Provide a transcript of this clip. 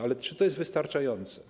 Ale czy to jest wystarczające?